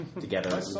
together